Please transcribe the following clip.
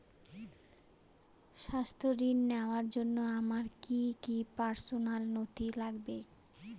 স্বাস্থ্য ঋণ নেওয়ার জন্য আমার কি কি পার্সোনাল নথি লাগবে?